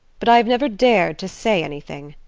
but i have never dared to say anything.